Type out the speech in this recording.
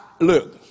look